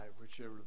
whichever